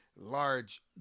large